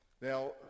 Now